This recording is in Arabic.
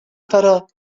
ترى